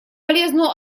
полезную